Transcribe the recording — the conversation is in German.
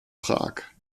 prag